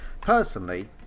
personally